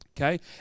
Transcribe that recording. Okay